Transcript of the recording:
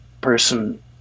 person